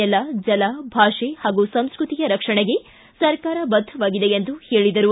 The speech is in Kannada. ನೆಲ ಜಲ ಭಾಷೆ ಹಾಗೂ ಸಂಸ್ಕೃತಿಯ ರಕ್ಷಣೆಗೆ ಸರ್ಕಾರ ಬದ್ಧವಾಗಿದೆ ಎಂದು ಹೇಳಿದರು